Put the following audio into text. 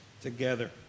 together